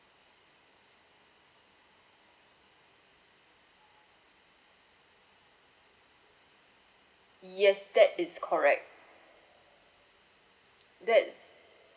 yes that is correct that's